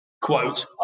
quote